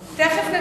תזמינו,